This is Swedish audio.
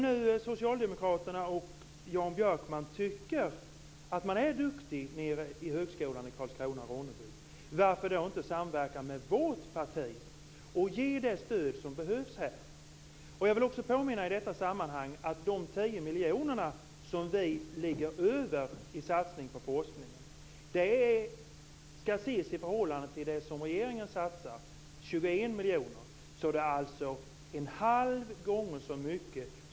Om Socialdemokraterna och Jan Björkman tycker att högskolan i Karlskrona/Ronneby är bra, varför inte samverka med vårt parti och ge det stöd som behövs? Jag vill i detta sammanhang påminna om att de 10 miljoner kronor som vi ligger över i satsning på forskning skall ses i förhållande till det som regeringen satsar, nämligen 21 miljoner. Vi vill satsa en halv gånger så mycket.